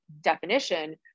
definition